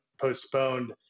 postponed